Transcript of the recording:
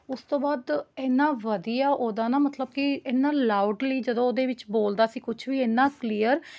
ਉਸ ਤੋਂ ਬਾਅਦ ਇੰਨਾਂ ਵਧੀਆ ਉਹਦਾ ਨਾ ਮਤਲਬ ਕਿ ਇੰਨਾਂ ਲਾਊਡਲੀ ਜਦੋਂ ਉਹਦੇ ਵਿੱਚ ਬੋਲਦਾ ਸੀ ਕੁਛ ਵੀ ਇੰਨਾਂ ਕਲੀਅਰ